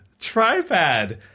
Tripad